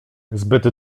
zbyt